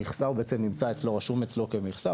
הוא בעצם רשום אצלו כמכסה,